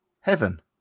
heaven